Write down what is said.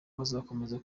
bazakomeza